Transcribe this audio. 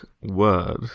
word